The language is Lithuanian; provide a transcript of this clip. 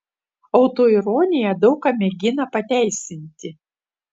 autoironija daug ką mėgina pateisinti